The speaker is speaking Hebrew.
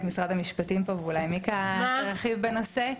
משרד המשפטים פה ואולי תרחיב בנושא.